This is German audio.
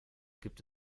gibt